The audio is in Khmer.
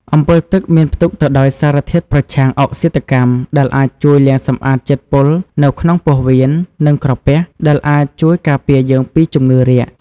អម្ពិលទឹកមានផ្ទុកទៅដោយសារធាតុប្រឆាំងអុកស៊ីតកម្ម ដែលអាចជួយលាងសម្អាតជាតិពុលនៅក្នុងពោះវៀន និងក្រពះ ដែលអាចជួយការពារយើងពីជំងឺរាគ។